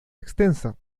extensa